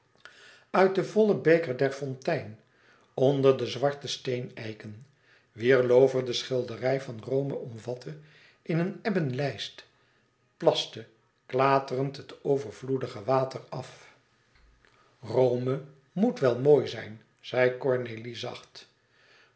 uit den vollen beker der fontein onder de zwarte steeneiken wier loover de schilderij van rome omvatte in een ebben lijst plaste klaatrend het overvloedige water af rome moet wel mooi zijn zei cornélie zacht